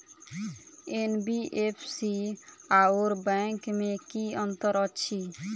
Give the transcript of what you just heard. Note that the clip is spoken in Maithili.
एन.बी.एफ.सी आओर बैंक मे की अंतर अछि?